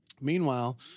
Meanwhile